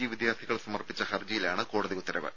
G വിദ്യാർത്ഥികൾ സമർപ്പിച്ച ഹർജിയിലാണ് കോടതി ഉത്തരവ്